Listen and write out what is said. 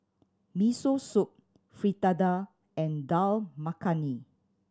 Miso Soup Fritada and Dal Makhani